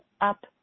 up